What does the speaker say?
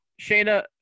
Shayna